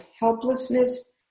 helplessness